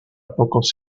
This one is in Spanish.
pocos